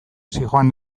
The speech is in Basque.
zihoan